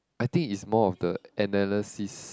I think it's more of the analysis